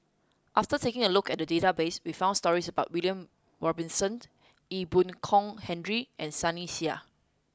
after taking a look at the database we found stories about William Robinson Ee Boon Kong Henry and Sunny Sia